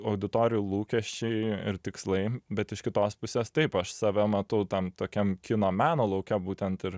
auditorijų lūkesčiai ir tikslai bet iš kitos pusės taip aš save matau tam tokiam kino meno lauke būtent ir